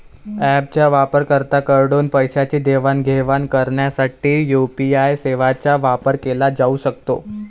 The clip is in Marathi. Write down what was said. ऍपच्या वापरकर्त्यांकडून पैशांची देवाणघेवाण करण्यासाठी यू.पी.आय सेवांचा वापर केला जाऊ शकतो